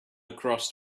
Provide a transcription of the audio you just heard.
across